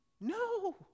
No